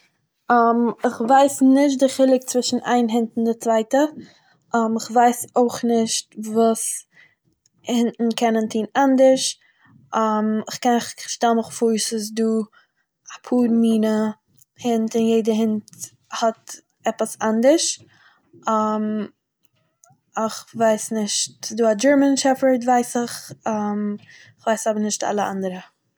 כ'ווייס נישט דער חילוק צווישן איין הונט און דער צווייטער כ'ווייס אויך נישט וואס הונט'ן קענען טוהן אנדערש כ'קען כ'שטעל מיך פאר ס'איז דא אפאהר מינע הונט אין יעדער הונט האט עפעס אנדערש כ'ווייס נישט, ס'איז דא א גערמאן שעפערד ווייס איך כ'ווייס אבער נישט אלע אנדערע.